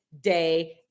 day